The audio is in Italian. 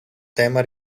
tema